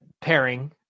pairing